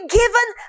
given